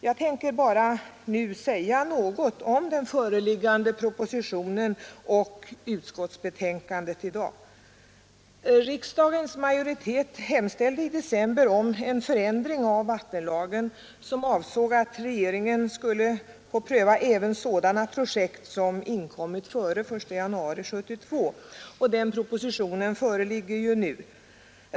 Jag tänker i dag bara säga något om den föreliggande propositionen och utskottsbetänkandet. Riksdagens majoritet hemställde i december om en förändring av vattenlagen som avsåg att regeringen skulle få pröva även sådana projekt som tillkommit före den 1 januari 1972. Den propositionen föreligger nu.